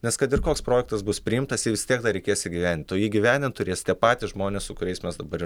nes kad ir koks projektas bus priimtas jį vis tie reikės įgyvendint o jį įgyvendint turės tie patys žmonės su kuriais mes dabar